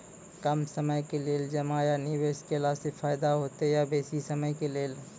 कम समय के लेल जमा या निवेश केलासॅ फायदा हेते या बेसी समय के लेल?